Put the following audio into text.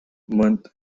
months